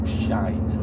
shite